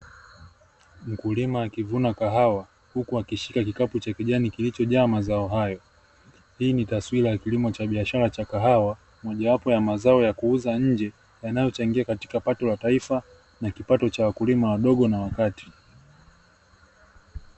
Mkulima akivuna kahawa huku akishika kikapu cha kijani kilichojaa mazao hayo. Hii ni taswira ya kilimo cha biashara cha kahawa, moja wapo ya mazao ya biashara ya kuuza nje yanayochangia kwenye pato la taifa na kipato cha wakulima wadogo na wa kati.